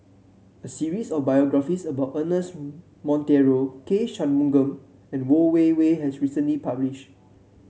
a series of biographies about Ernest Monteiro K Shanmugam and Yeo Wei Wei has recently publish